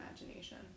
imagination